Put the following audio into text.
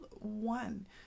one